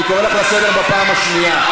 אני קורא אותך לסדר בפעם השנייה.